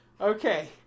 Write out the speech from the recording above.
Okay